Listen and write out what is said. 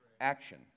Action